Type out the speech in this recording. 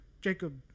Jacob